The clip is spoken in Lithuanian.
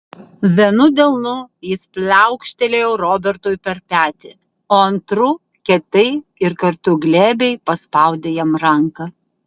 vienu delnu jis pliaukštelėjo robertui per petį o antru kietai ir kartu glebiai paspaudė jam ranką